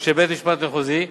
של בית-משפט מחוזי,